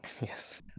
Yes